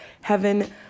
heaven